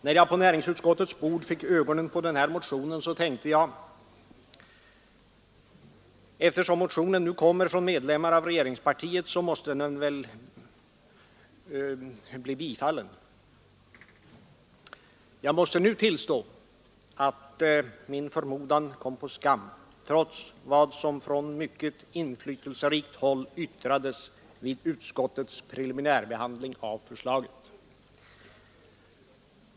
När jag fick ögonen på den här motionen på näringsutskottets bord tänkte jag: Eftersom motionen nu kommer från medlemmar av regeringspartiet, så måste den väl bli bifallen. Jag måste emellertid nu tillstå att min förmodan kom på skam trots vad som från mycket inflytelserikt håll yttrades i utskottets preliminärbehandling av förslaget.